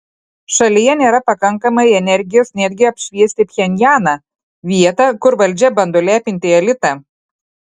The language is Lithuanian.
šalyje nėra pakankamai energijos netgi apšviesti pchenjaną vietą kur valdžia bando lepinti elitą